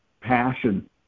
Passion